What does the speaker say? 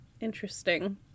Interesting